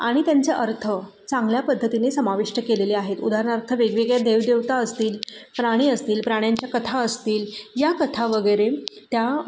आणि त्यांचे अर्थ चांगल्या पद्धतीने समाविष्ट केलेले आहेत उदाहरणार्थ वेगवेगळ्या देवदेवता असतील प्राणी असतील प्राण्यांच्या कथा असतील या कथा वगैरे त्या